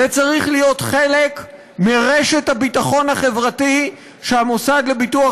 זה צריך להיות חלק מרשת הביטחון החברתית שהמוסד לביטוח